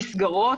נסגרות.